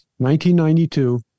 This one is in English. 1992